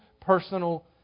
personal